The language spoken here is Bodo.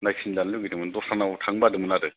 नायफिनजानो लुगैदोंमोन दस्रानाव थांनो बादोंमोन आरो